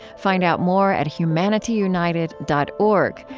find out more at humanityunited dot org,